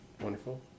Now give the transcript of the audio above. wonderful